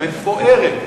מפוארת,